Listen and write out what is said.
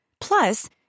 Plus